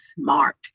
smart